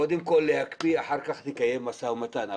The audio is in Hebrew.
קודם כל להקפיא ואחר כך לקיים משא ומתן.